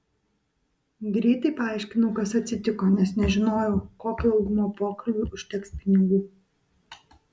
greitai paaiškinau kas atsitiko nes nežinojau kokio ilgumo pokalbiui užteks pinigų